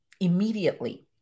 immediately